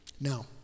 Now